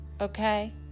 okay